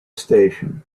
station